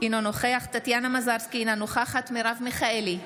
אינו נוכח טטיאנה מזרסקי, אינה נוכחת מרב מיכאלי,